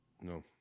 No